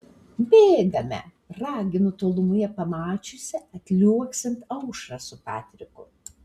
bėgame raginu tolumoje pamačiusi atliuoksint aušrą su patriku